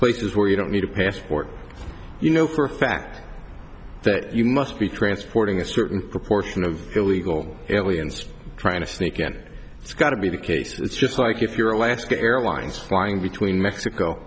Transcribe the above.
places where you don't need a passport you know for a fact that you must be transporting a certain proportion of illegal aliens trying to sneak in it's got to be the case it's just like if you're alaska airlines flying between mexico